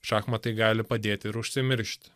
šachmatai gali padėti ir užsimiršti